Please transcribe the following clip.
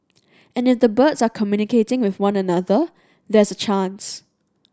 and if the birds are communicating with one another there's a chance